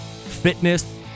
fitness